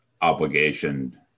obligation